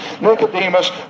Nicodemus